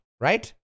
right